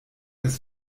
des